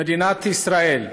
מדינת ישראל,